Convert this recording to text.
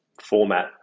format